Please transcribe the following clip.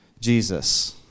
Jesus